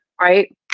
right